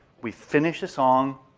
we finish a song,